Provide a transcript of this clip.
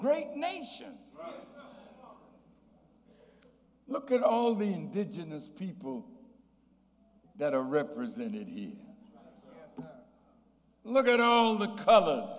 great nation look at all the indigenous people that are represented he look at all the co